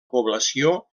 població